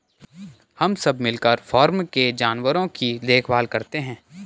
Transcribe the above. हम सब मिलकर फॉर्म के जानवरों की देखभाल करते हैं